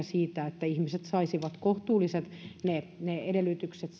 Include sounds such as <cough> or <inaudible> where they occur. <unintelligible> siitä että ihmiset saisivat kohtuulliset edellytykset <unintelligible>